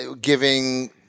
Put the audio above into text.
giving